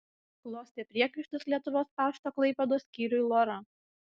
klostė priekaištus lietuvos pašto klaipėdos skyriui lora